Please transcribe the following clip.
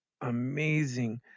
amazing